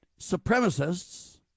supremacists